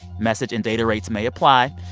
message and data rates may apply.